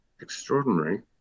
extraordinary